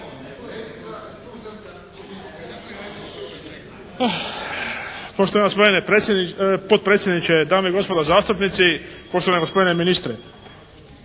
Poštovani gospodine potpredsjedniče, dame i gospodo zastupnici, poštovani gospodine ministre.